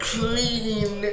Clean